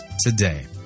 today